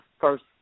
first